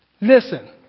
Listen